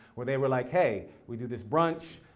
where they were like hey, we do this brunch,